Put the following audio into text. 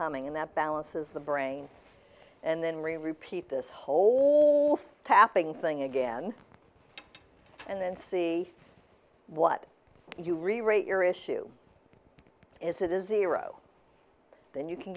humming and that balances the brain and then repeat this whole tapping thing again and then see what you rewrite your issue is it is zero then you can